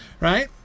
right